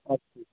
আচ্ছা